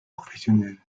professionnels